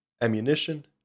ammunition